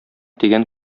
тигән